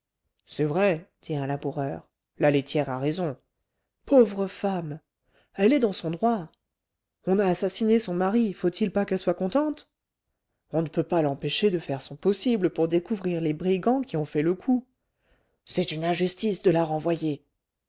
c'est vrai dit un laboureur la laitière a raison pauvre femme elle est dans son droit on a assassiné son mari faut-il pas qu'elle soit contente on ne peut pas l'empêcher de faire son possible pour découvrir les brigands qui ont fait le coup c'est une injustice de la renvoyer